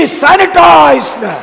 sanitized